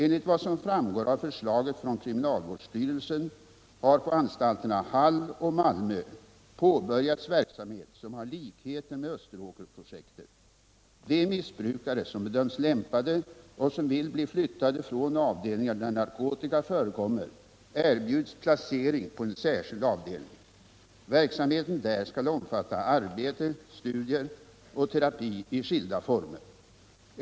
Enligt vad som framgår av förslaget från kriminalvårdsstyrelsen har på anstalterna Hall och Malmö påbörjats verksamhet som har likheter med Österåkerprojektet. De missbrukare som bedöms lämpade och som vill bli flyttade från avdelningar där narkotika. förekommer erbjuds placering på en särskild avdelning. Verksamheten där skall omfatta arbete, studier och terapi i skilda former.